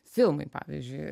filmai pavyzdžiui